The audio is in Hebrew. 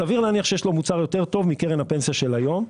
סביר להניח שיש לו מוצר יותר מקרן הפנסיה של היום.